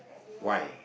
why